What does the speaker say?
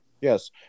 Yes